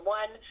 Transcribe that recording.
one